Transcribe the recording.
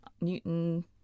Newton